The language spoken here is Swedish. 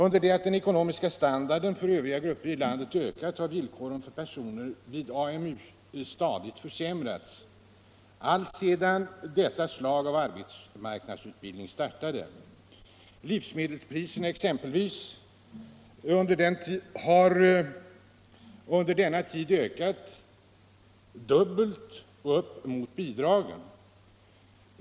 Under det att den ekonomiska standarden för övriga grupper i landet ökat har villkoren för personer vid AMU stadigt försämrats alltsedan detta slag av arbetsmarknadsutbildning startade. Livsmedelspriserna har exempelvis under denna tid ökat dubbelt så mycket som bidragen.